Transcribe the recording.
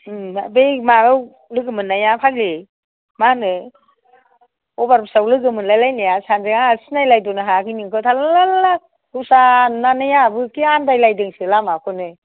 बै माबायाव लोगो मोननाया फाग्लि मा होनो अभार ब्रिज आव लोगो मोनलाय लायनाया सानैजों आंहा सिनायलायद'नो हायाखै नोंखौ थारला दस्रा नुनानै आंहाबो एक्के आनदायलायदोंसो लामाखौनो